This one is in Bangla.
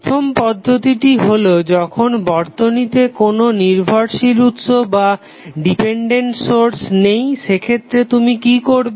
প্রথম পদ্ধতিটি হলো যখন বর্তনীতে কোনো নির্ভরশীল উৎস নেই সেক্ষেত্রে তুমি কি করবে